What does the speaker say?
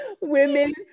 women